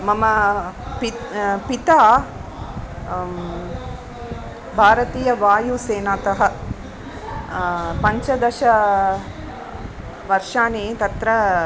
मम पित् पिता भारतीयवायुसेनातः पञ्चदशवर्षाणि तत्र